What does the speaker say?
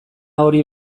hori